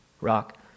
rock